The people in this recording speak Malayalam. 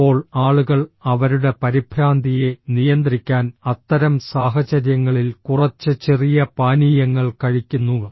അപ്പോൾ ആളുകൾ അവരുടെ പരിഭ്രാന്തിയെ നിയന്ത്രിക്കാൻ അത്തരം സാഹചര്യങ്ങളിൽ കുറച്ച് ചെറിയ പാനീയങ്ങൾ കഴിക്കുന്നു